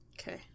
Okay